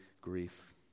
grief